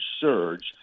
surge